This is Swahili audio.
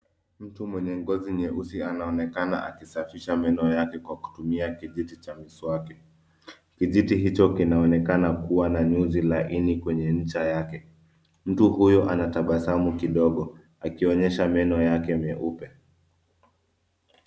Mtu mwenye ngozi nyeusi anaonekana akisafisha meno yake kwa kutumia kijiti cha mswaki. Kijiti hicho kinaonekana kuwa na nyuzi laini kwenye ncha yake. Mtu huyo anatabasamu kidogo ,akionyesha meno yake meupe.